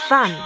Fun